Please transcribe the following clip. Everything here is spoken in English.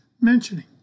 mentioning